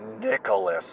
Nicholas